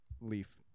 leaf